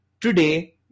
today